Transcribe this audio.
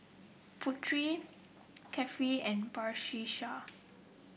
Putri Kefli and Batrisya